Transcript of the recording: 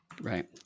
Right